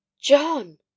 john